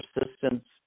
persistence